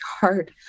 hard